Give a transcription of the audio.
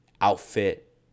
outfit